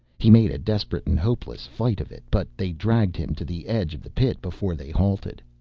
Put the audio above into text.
he made a desperate and hopeless fight of it, but they dragged him to the edge of the pit before they halted.